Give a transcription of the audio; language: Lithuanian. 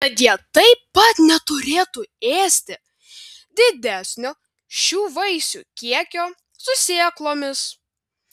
tad jie taip pat neturėtų ėsti didesnio šių vaisių kiekio su sėklomis